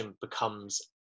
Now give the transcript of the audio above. becomes